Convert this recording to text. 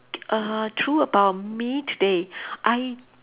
err true about me today I